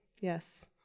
Yes